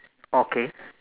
okay